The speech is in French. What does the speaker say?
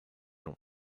long